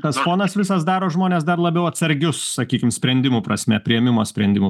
tas fonas visas daro žmones dar labiau atsargius sakykim sprendimų prasme priėmimo sprendimų